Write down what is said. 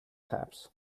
taps